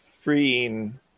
freeing